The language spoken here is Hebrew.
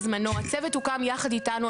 הצוות הוקם יחד איתנו,